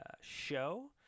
show